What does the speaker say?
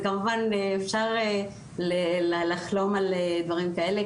כמובן שאפשר לחלום על דברים כאלה.